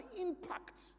impact